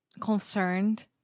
concerned